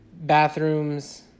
bathrooms